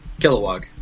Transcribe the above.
Kilowog